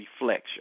reflection